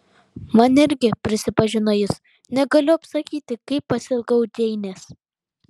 man irgi prisipažino jis negaliu apsakyti kaip pasiilgau džeinės